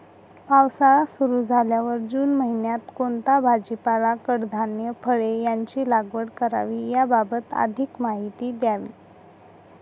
पावसाळा सुरु झाल्यावर जून महिन्यात कोणता भाजीपाला, कडधान्य, फळे यांची लागवड करावी याबाबत अधिक माहिती द्यावी?